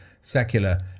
secular